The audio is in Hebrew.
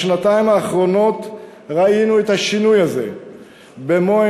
בשנתיים האחרונות ראינו את השינוי הזה במו-עינינו.